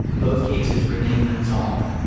both cases remain unsolved.